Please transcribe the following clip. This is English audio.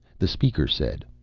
the speaker said,